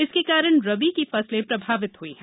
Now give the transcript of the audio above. इसके कारण रबी की फसलें प्रभावित हई हैं